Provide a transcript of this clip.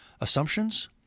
assumptions